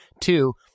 Two